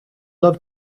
love